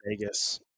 Vegas